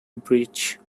bridge